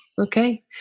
Okay